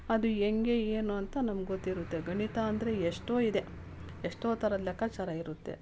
ಅದು ಹೆಂಗೆ ಏನು ಅಂತ ನಮಗ್ಗೊತ್ತಿರುತ್ತೆ ಗಣಿತ ಅಂದರೆ ಎಷ್ಟೋ ಇದೆ ಎಷ್ಟೋ ಥರದ ಲೆಕ್ಕಚಾರ ಇರುತ್ತೆ